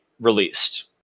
released